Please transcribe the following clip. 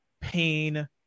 pain